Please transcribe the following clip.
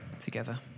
together